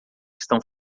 estão